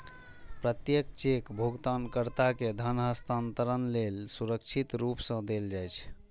प्रत्येक चेक भुगतानकर्ता कें धन हस्तांतरण लेल सुरक्षित रूप सं देल जाइ छै